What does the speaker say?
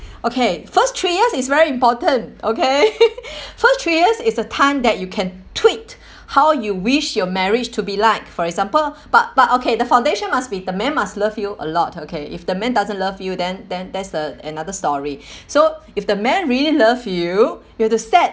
okay first three years it's very important okay first three years it's a time that you can tweak how you wish your marriage to be like for example but but okay the foundation must be the man must love you a lot okay if the man doesn't love you then then that's a another story so if the man really love you you have to set